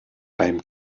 beim